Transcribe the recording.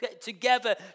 together